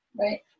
right